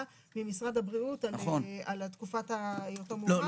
ממשרד הבריאות על תקופת היותו מאומת.